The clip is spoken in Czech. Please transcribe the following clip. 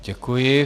Děkuji.